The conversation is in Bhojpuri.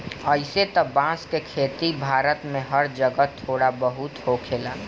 अइसे त बांस के खेती भारत में हर जगह थोड़ा बहुत होखेला